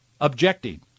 objecting